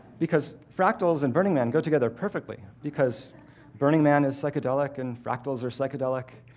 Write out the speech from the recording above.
because fractals and burning man go together perfectly, because burning man is psychedelic and fractals are psychedelic.